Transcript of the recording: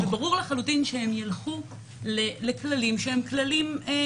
ברור לחלוטין שהם ילכו לכללים מצומצמים.